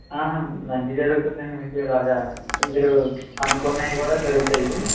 మంచి జరుగుతుంది అండి మీకు ఇలాగా మీరు అనుకున్నవి కూడా జరుగుతాయి